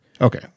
Okay